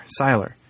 Siler